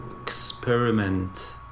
Experiment